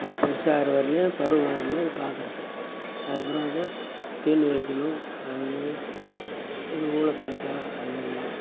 அது பெருசாகிற வர்யும் பருவம் வர்யும் அது பாக்கிறது அது அப்பறம் எதுவும் தீனி வைக்கணும் அது இது போல் அது